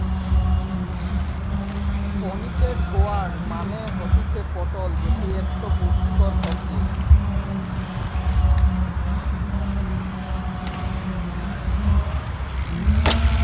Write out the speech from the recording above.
pointed gourd মানে হতিছে পটল যেটি একটো পুষ্টিকর সবজি